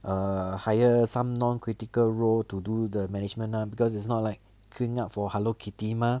err hire some non critical role to do the management ah because it's not like queueing up for hello kitty mah